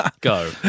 Go